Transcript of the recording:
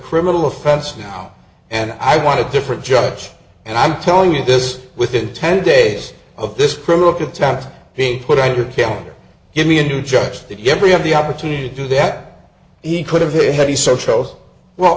criminal offense now and i want to different judge and i'm telling you this within ten days of this criminal contempt being put on your calendar give me a new judge that yes we have the opportunity to do that he could have his heavy so chose well